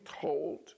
told